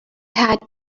had